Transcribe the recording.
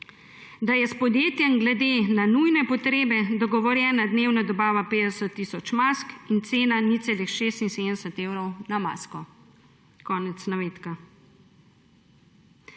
»Da je s podjetjem glede na nujne potrebe dogovorjena dnevna dobava 50 tisoč mask in cena 0,76 evra na masko.« Konec navedka.